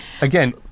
Again